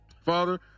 Father